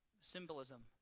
symbolism